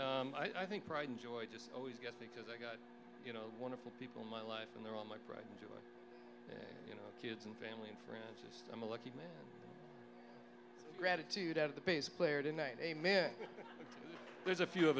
and i think pride and joy just always guess because i got you know wonderful people my life and they're all my pride you know kids and family and friends just i'm a lucky man gratitude out of the bass player tonight a man there's a few of